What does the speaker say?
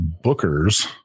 booker's